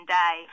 day